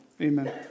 Amen